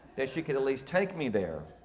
that she could at least take me there.